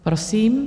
Prosím.